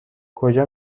کجا